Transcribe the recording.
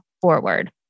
forward